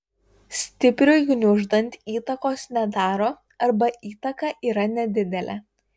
stipriui gniuždant įtakos nedaro arba įtaka yra nedidelė